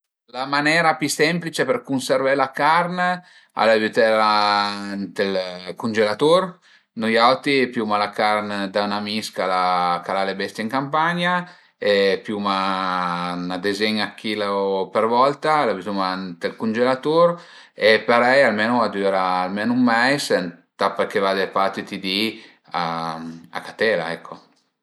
La manera pi semplice për cunservé la carn al e bütela ënt ël cungelatur. Nui auti piuma la carn da ün amis ch'al a ch'al a le bestie ën campagna e piuma 'na dezena dë chilo për volta, la bütuma ënt ël cungelatur e parei a düra almenu ën meis e ëntà pa che vade tüti i di a catela ecco